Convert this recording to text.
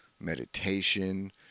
meditation